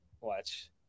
watch